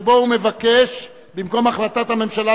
שבה הוא מבקש שבמקום "החלטת הממשלה,